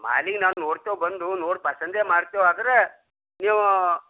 ಮಾಡಿ ನಾವು ನೋಡ್ತೇವೆ ಬಂದು ನೋಡಿ ಪಸಂದೇ ಮಾಡ್ತೇವೆ ಆದ್ರೆ ನೀವು